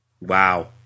Wow